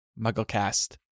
MuggleCast